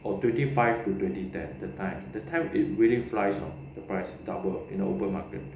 or twenty five to twenty ten that time that time it really flies ah the price double in the open market